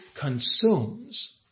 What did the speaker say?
consumes